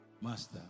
Master